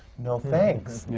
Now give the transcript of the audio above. no, thanks!